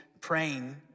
praying